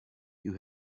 you